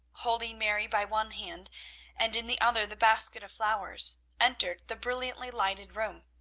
holding mary by one hand and in the other the basket of flowers, entered the brilliantly-lighted room.